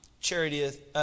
Charity